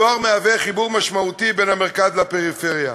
הדואר משמש חיבור משמעותי בין המרכז לפריפריה,